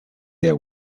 their